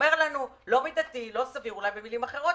ואומר לנו אולי במילים אחרות: